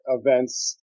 events